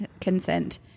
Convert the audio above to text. consent